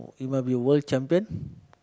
you must be world champion